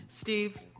Steve